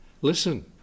listen